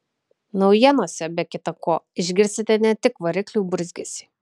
naujienose be kita ko išgirsite ne tik variklių burzgesį